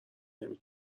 نمی